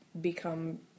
become